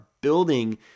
building